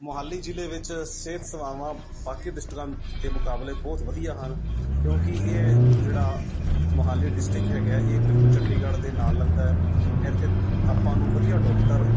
ਮੋਹਾਲੀ ਜ਼ਿਲ੍ਹੇ ਵਿੱਚ ਸਿਹਤ ਸੇਵਾਵਾਂ ਬਾਕੀ ਡਿਸਟਰਾਂ ਦੇ ਮੁਕਾਬਲੇ ਬਹੁਤ ਵਧੀਆ ਹਨ ਕਿਉਂਕਿ ਇਹ ਜਿਹੜਾ ਮੋਹਾਲੀ ਡਿਸਟ੍ਰਿਕਟ ਹੈਗਾ ਇਹ ਬਿਲਕੁਲ ਚੰਡੀਗੜ੍ਹ ਦੇ ਨਾਲ ਲੱਗਦਾ ਇੱਥੇ ਆਪਾਂ ਨੂੰ ਵਧੀਆ ਡੋਕਟਰ